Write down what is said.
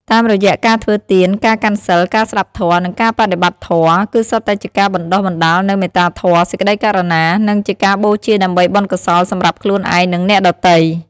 តាមរយៈការធ្វើទាន ការកាន់សីល ការស្តាប់ធម៌ និងការបដិបត្តិធម៌ គឺសុទ្ធតែជាការបណ្តុះបណ្តាលនូវមេត្តាធម៌ សេចក្តីករុណា និងជាការបូជាដើម្បីបុណ្យកុសលសម្រាប់ខ្លួនឯង និងអ្នកដទៃ។